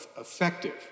effective